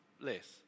less